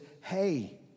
hey